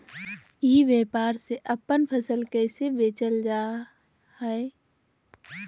ई व्यापार से अपन फसल कैसे बेचल जा हाय?